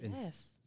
yes